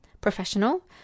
professional